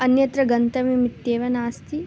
अन्यत्र गन्तव्यमित्येव नास्ति